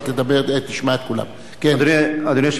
אדוני היושב-ראש, כבוד השר, חברי הכנסת,